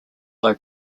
low